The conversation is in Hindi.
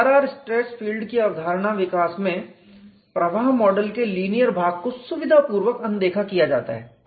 HRR स्ट्रेस फील्ड अवधारणा के विकास में प्रवाह मॉडल के लीनियर भाग को सुविधापूर्वक अनदेखा किया जाता है